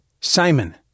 Simon